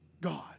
God